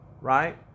Right